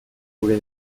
gure